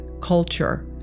culture